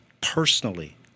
personally